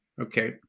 Okay